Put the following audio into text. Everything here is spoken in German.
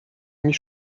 mich